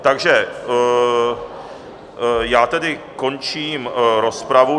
Takže já tedy končím rozpravu.